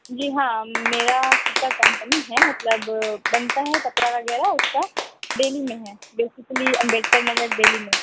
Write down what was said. جی ہاں میرا خود کا کمپنی ہے مطلب بنتا ہے کپڑا وغیرہ اس کا دہلی میں ہے بیسیکلی امبیڈکر نگر دہلی میں